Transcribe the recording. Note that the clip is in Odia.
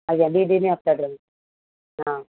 ଆଜ୍ଞା ଦୁଇ ଦିନ ଅପେକ୍ଷା କରିବୁ ହଁ